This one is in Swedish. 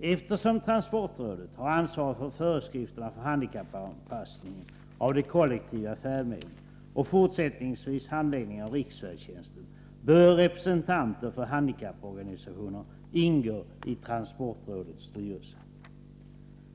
Eftersom transportrådet har ansvaret för föreskrifterna för handikappanpassningen av de kollektiva färdmedlen och fortsättningsvis handläggningen av riksfärdtjänsten, bör representanter för handikapporganisationer ingå i transportrådets styrelse.